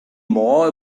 more